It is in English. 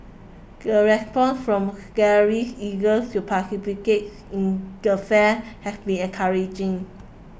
the response from galleries eager to participate in the fair has been encouraging